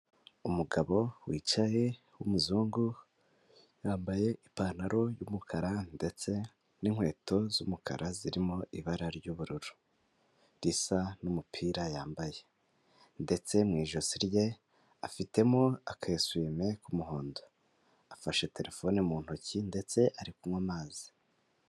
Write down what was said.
Umugabo wicaye w'umuzungu, yambaye ipantaro y'umukara ndetse n'inkweto z'umukara zirimo ibara ry'ubururu, risa n'umupira yambaye ndetse mu ijosi rye afitemo aka esuwime k'umuhondo, afashe terefone mu ntoki ndetse ari kunywa amazi.